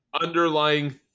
underlying